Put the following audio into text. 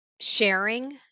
sharing